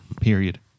period